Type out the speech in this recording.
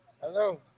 Hello